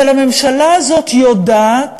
אבל הממשלה הזאת יודעת